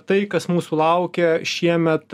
tai kas mūsų laukia šiemet